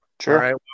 Sure